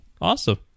awesome